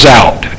out